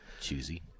choosy